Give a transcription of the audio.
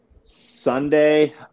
Sunday